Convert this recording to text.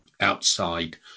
outside